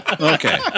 Okay